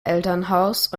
elternhaus